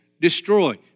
destroy